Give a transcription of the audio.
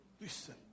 Listen